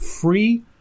free